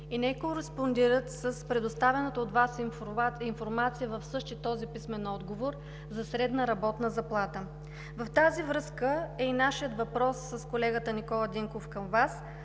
и не кореспондират с предоставената от Вас информация в същия този писмен отговор за средна работна заплата. В тази връзка е и нашият въпрос с колегата Никола Динков към Вас: